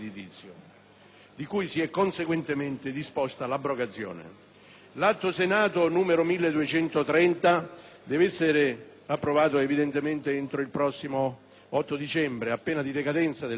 di cui si è conseguentemente disposta l'abrogazione. L'Atto Senato n. 1230 deve essere approvato entro il prossimo 8 dicembre, a pena di decadenza del decreto.